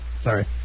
Sorry